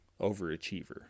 overachiever